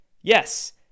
Yes